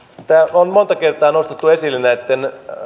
on monta kertaa nostettu esille näitten